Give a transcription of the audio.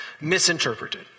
misinterpreted